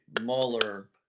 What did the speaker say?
Mueller